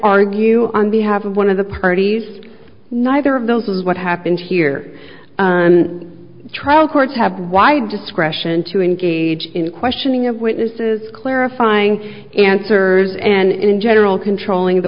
argue on behalf of one of the parties neither of those is what happened here on trial courts have wide discretion to engage in questioning of witnesses clarifying answers and in general controlling the